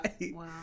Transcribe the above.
Wow